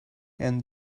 and